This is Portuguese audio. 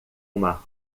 uma